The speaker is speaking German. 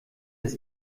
das